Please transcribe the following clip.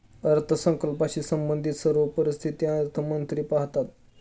अर्थसंकल्पाशी संबंधित सर्व परिस्थिती अर्थमंत्री पाहतात